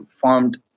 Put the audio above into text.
formed